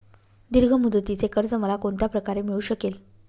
दीर्घ मुदतीचे कर्ज मला कोणत्या प्रकारे मिळू शकेल?